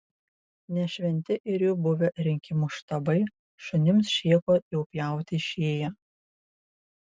ne šventi ir jų buvę rinkimų štabai šunims šėko jau pjauti išėję